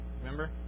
Remember